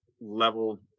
level